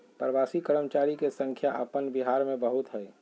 प्रवासी कर्मचारी के संख्या अपन बिहार में बहुत हइ